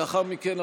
לאחר מכן,